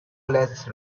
less